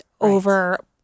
over